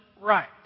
right